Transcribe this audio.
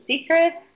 secrets